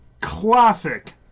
classic